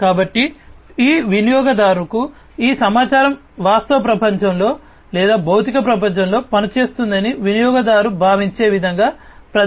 కాబట్టి వినియోగదారుకు ఈ సమాచారం వాస్తవ ప్రపంచంలో లేదా భౌతిక ప్రపంచంలో పనిచేస్తుందని వినియోగదారు భావించే విధంగా ప్రదర్శించబడుతుంది